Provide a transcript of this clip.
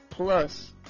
plus